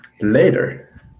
later